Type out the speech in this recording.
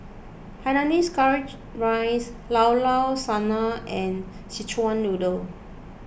Hainanese Curry Rice Llao Llao Sanum and Szechuan Noodle